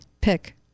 pick